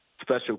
special